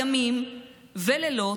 ימים ולילות,